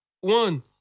one